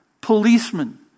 policemen